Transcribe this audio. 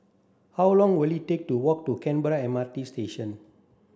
how long will it take to walk to Canberra M R T Station